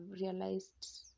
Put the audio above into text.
realized